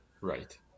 Right